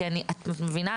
את מבינה?